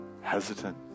hesitant